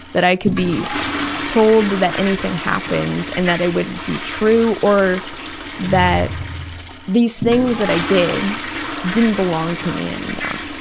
that i could be told that anything happened and that it would be true, or that these things that i did didn't belong to me anymore.